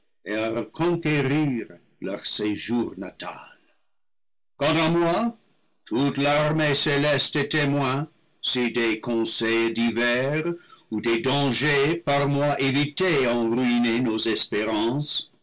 leur séjour natal quant à moi toute l'armée céleste est té moin si des conseils divers ou des dangers par moi évités ont ruiné nos espérances